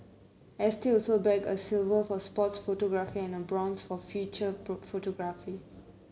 S T also bagged a silver for sports photography and a bronze for feature photography